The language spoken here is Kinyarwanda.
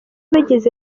bagize